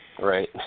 Right